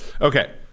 okay